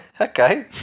Okay